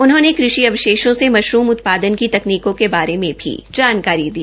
उन्होंने कृषि अवशेषों से मशरूम उत्पान की तकनीक के बारे में भी जानकारी दी